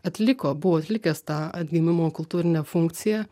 atliko buvo atlikęs tą atgimimo kultūrinę funkciją